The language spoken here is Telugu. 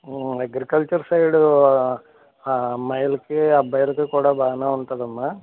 అగ్రికల్చర్ సైడ్ అమ్మాయిలకి అబ్బాయిలకి కూడా బాగానే ఉంటుందమ్మ